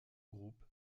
groupe